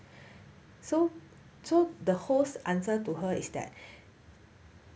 so so the host's answer to her is that